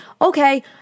okay